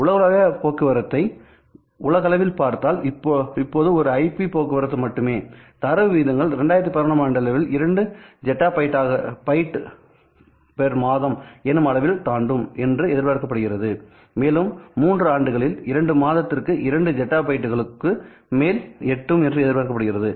உலகளாவிய போக்குவரத்தை உலகளவில் பார்த்தால் இப்போது இது ஒரு ஐபி போக்குவரத்து மட்டுமேதரவு விகிதங்கள் 2019 ஆம் ஆண்டளவில் 2 ஜெட்டாபைட்டுமாதம் எனும் அளவில் தாண்டும் என்று எதிர்பார்க்கப்படுகிறது மேலும் 3 ஆண்டுகளில் 2 மாதத்திற்கு 2 ஜெட்டாபைட்டுகளுக்கு மேல் எட்டும் என்று எதிர்பார்க்கப்படுகிறது